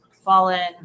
fallen